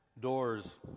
doors